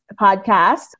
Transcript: podcast